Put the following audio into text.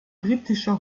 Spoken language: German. britischer